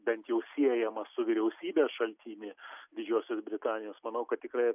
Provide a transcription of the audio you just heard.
bent jau siejamą su vyriausybės šaltinį didžiosios britanijos manau kad tikrai